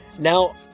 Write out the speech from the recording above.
Now